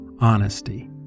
honesty